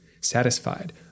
satisfied